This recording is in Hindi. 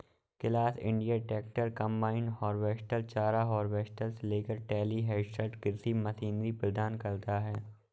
class India tractor, combine harvester, चारा हार्वेस्टर से लेकर टेलीहैंडलर कृषि मशीनरी प्रदान करता है